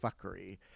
fuckery